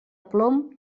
plom